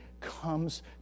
comes